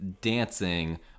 dancing